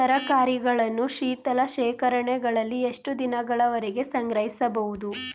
ತರಕಾರಿಗಳನ್ನು ಶೀತಲ ಶೇಖರಣೆಗಳಲ್ಲಿ ಎಷ್ಟು ದಿನಗಳವರೆಗೆ ಸಂಗ್ರಹಿಸಬಹುದು?